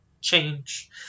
change